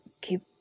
keep